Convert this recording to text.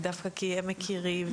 ודווקא כי הם מכירים,